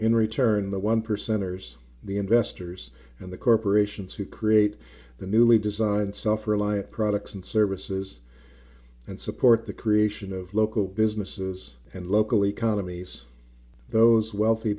in return the one percenters the investors and the corporations who create the newly designed suffer elia products and services and support the creation of local businesses and local economies those wealthy